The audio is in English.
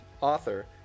author